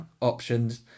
options